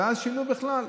ואז שינו בכלל,